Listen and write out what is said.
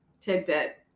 tidbit